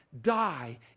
die